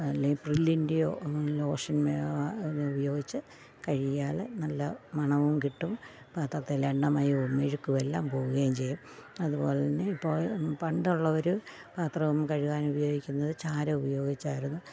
അല്ലേൽ പ്രില്ലിൻ്റെയോ ലോഷൻ ഉപയോഗിച്ചു കഴുകിയാൽ നല്ല മണവും കിട്ടും പാത്രത്തിൽ എണ്ണ മയവും മെഴുക്കും എല്ലാം പോകുകയും ചെയ്യും അതുപോലെതന്നെ ഇപ്പം പണ്ടുള്ളവർ പാത്രം കഴുകാൻ ഉപയോഗിക്കുന്നത് ചാരം ഉപയോഗിച്ചായിരുന്നു